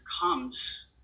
comes